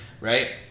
right